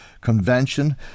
Convention